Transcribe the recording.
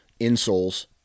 insoles